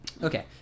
Okay